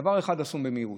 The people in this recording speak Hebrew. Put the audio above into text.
דבר אחד עשו, במהירות.